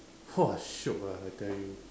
!wah! shiok lah I tell you